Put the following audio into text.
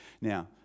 Now